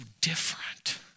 different